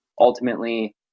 ultimately